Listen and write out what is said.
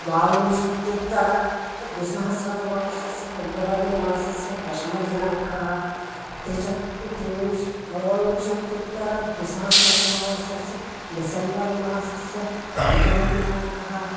द्वाविंशत्युत्तरद्विसहस्रतमवर्षस्य February मासस्य दशमदिनाङ्कः त्रीणि च त्रयोविंशतिः त्रयोविंशत्युत्तरद्विसहस्रतमवर्षस्य डिसेम्बर् मासस्य पञ्चमदिनाङ्कः